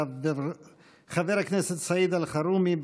חבר הכנסת סעיד אלחרומי,